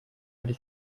ولی